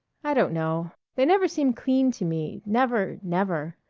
i don't know. they never seem clean to me never never.